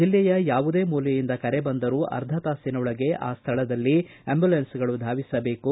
ಜಿಲ್ಲೆಯ ಯಾವುದೇ ಮೂಲೆಯಿಂದ ಕರೆ ಬಂದರೂ ಅರ್ಧತಾಸಿನೊಳಗೆ ಆ ಸ್ವಳದಲ್ಲಿ ಅಂಬ್ಯುಲನ್ಗಳು ಧಾವಿಸಬೇಕು